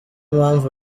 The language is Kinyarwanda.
mpamvu